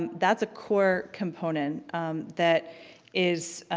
and that's a core component that is,